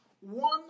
one